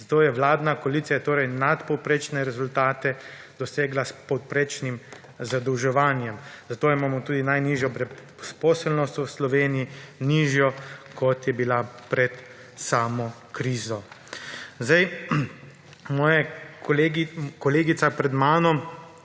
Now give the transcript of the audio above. zato je vladna koalicija torej nadpovprečne rezultate dosegla s povprečnim zadolževanje. Zato imamo tudi najnižjo brezposelnost v Sloveniji, nižjo kot je bila pred samo krizo. **67. TRAK: (VP)